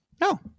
No